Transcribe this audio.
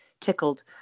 tickled